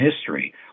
history